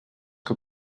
que